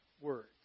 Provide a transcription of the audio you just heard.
words